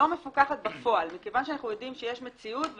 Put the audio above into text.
לא מפוקחת בפועל מכיוון שאנחנו יודעים שיש מציאות.